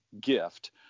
gift